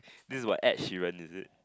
this is what Ed-Sheeran is it